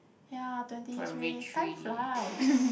ya twenty meh time flies